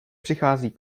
přichází